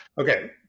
Okay